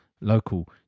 local